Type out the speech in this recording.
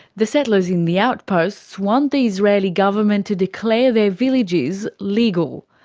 the settlers in the outposts want the israeli government to declare their villages legal.